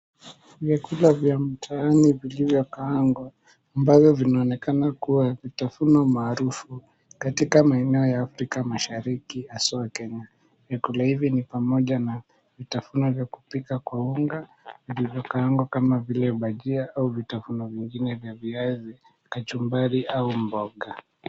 Vyakula vya mtaani vilivyokaangwa ambavyo vinaonekana kuwa vitafuno maarufu katika maeneo ya Afrika Mashariki haswa Kenya. Vyakula hivi ni pamoja na vitafuno vya kupika kwa unga vilivyokaangwa kama vile bajia au vitafuno vingine vya viazi, kachumbari au mboga.